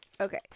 Okay